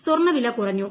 സ്വർണവില കുറഞ്ഞു